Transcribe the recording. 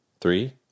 Three